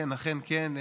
אכן כן,